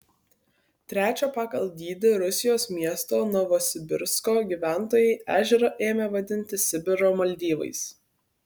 trečio pagal dydį rusijos miesto novosibirsko gyventojai ežerą ėmė vadinti sibiro maldyvais